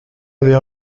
vers